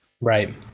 Right